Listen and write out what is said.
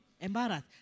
embarrassed